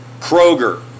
Kroger